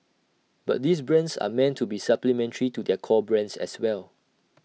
but these brands are meant to be supplementary to their core brands as well